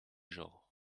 genres